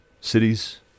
cities